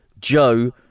Joe